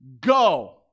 go